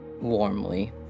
warmly